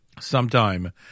sometime